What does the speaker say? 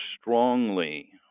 strongly